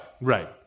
Right